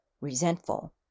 resentful